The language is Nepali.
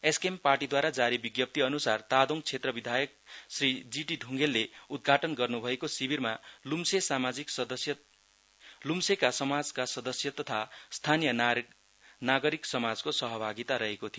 एसकेएम पार्टीद्वारा जारी विज्ञप्ति अनुसार तादोङका क्षेत्र विधायक श्री जीटी ढुङ्गेलले उद्घाटन गर्नु भएको शिविरमा लुम्से समाजका सदस्य तथा स्थानीय नागरिक समाजका सहभागिता रहेको थियो